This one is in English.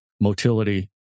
motility